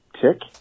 tick